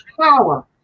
power